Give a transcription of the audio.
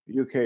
UK